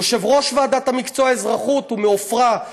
יושב-ראש ועדת מקצוע האזרחות הוא מעפרה,